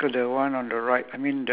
ah yes sack of potato